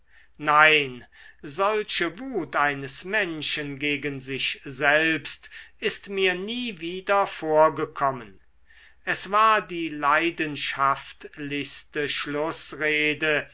nein solche wut eines menschen gegen sich selbst ist mir nie wieder vorgekommen es war die leidenschaftlichste schlußrede